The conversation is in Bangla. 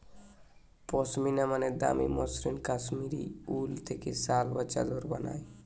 পশমিনা মানে দামি মসৃণ কাশ্মীরি উল থেকে শাল বা চাদর বানায়